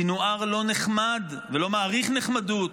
סנוואר לא נחמד ולא מעריך נחמדות,